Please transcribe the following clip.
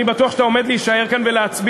אני בטוח שאתה עומד להישאר כאן ולהצביע